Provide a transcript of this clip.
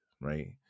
right